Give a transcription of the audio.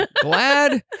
Glad